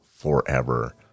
Forever